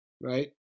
right